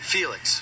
Felix